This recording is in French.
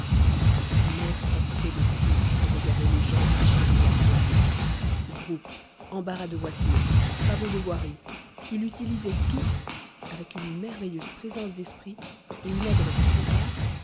mai profitait de tout pour égarer les gens acharnés après lui groupes embarras de voitures travaux de voirie il utilisait tout avec une merveilleuse présence d'esprit et une adresse si rare